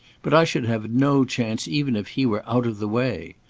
but i should have no chance even if he were out of the way.